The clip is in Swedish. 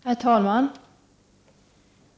Herr talman!